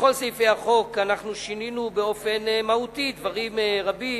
בכל סעיפי החוק אנחנו שינינו באופן מהותי דברים רבים,